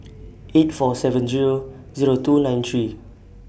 eight four seven Zero Zero two nine three